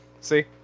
See